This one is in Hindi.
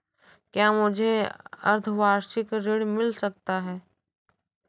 क्या मुझे अर्धवार्षिक ऋण मिल सकता है?